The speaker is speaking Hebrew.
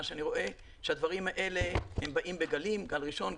שאני רואה שהדברים האלה באים בגלים: גל ראשון,